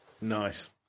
Nice